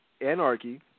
Anarchy